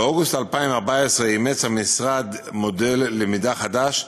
באוגוסט 2014 אימץ המשרד מודל למידה חדש,